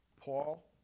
Paul